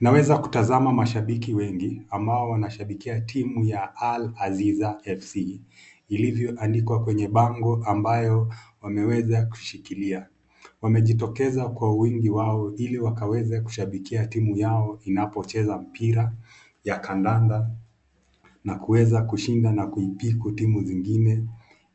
Naweza kutazama mashabiki wengi, ambao wanashabikia timu ya AL- Aziza FC.iIlivyo andikwa kwenye bango ambayo wameweza kushikilia. wamejitokeza kwa wingi wao ili wakaweze kushabikia timu yao inapocheza mpira ya kandanda na kuweza kushinda na kuipiku timu zingine,